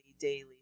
daily